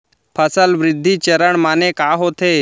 फसल वृद्धि चरण माने का होथे?